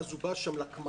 אז הוא בא שם לכמרים,